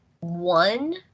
one